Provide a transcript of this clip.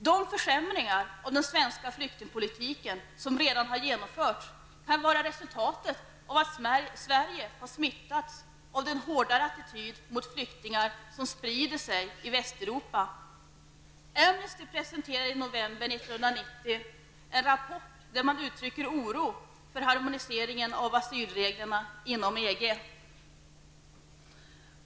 De försämringar av den svenska flyktingpolitiken som redan har genomförts kan vara resultatet av att Sverige har smittats av den hårdare attityd mot flyktingar som sprider sig i Västeuropa. Amnesty presenterade i november 1990 en rapport, där man uttrycker oro för harmoniseringen av asylreglerna inom EG.